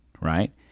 right